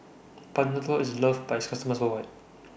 Panadol IS loved By its customers worldwide